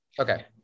Okay